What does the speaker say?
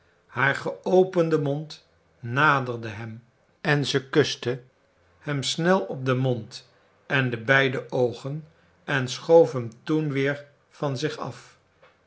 haar geopende mond naderde hem en zo kuste hem snel op den mond en de beide oogen en schoof hem toen weer van zich af